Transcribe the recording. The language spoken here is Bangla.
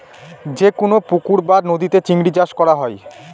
যেকোনো পুকুর বা নদীতে চিংড়ি চাষ করা হয়